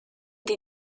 die